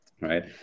right